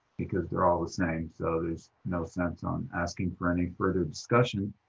because they're all the same. so there is no sense on asking for any further discussion.